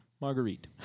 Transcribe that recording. Marguerite